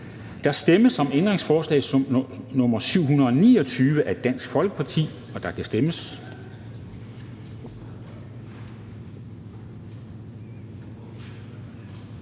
Der stemmes om ændringsforslag nr. 739 af V og DF, og der kan stemmes.